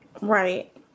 Right